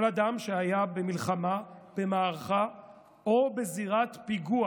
כל אדם שהיה במלחמה, במערכה או בזירת פיגוע